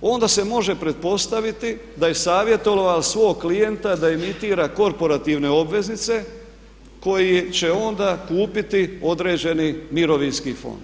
onda se može pretpostaviti da je savjetovala svog klijenta da imitira korporativne obveznice koje će onda kupiti određeni mirovinski fond.